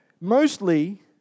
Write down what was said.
mostly